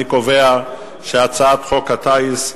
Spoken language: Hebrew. אני קובע שהצעת חוק הטיס,